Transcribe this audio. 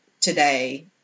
today